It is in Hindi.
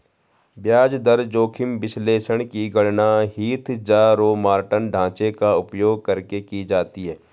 ब्याज दर जोखिम विश्लेषण की गणना हीथजारोमॉर्टन ढांचे का उपयोग करके की जाती है